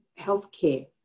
healthcare